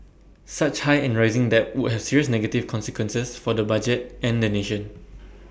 such high and rising debt would have serious negative consequences for the budget and the nation